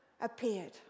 appeared